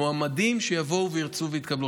מועמדים שיבואו וירצו ויתקבלו.